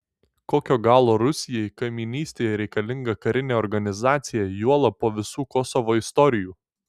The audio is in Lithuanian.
kokio galo rusijai kaimynystėje reikalinga karinė organizacija juolab po visų kosovo istorijų